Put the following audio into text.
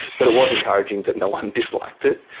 but it was encouraging that no-one disliked it,